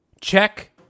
Check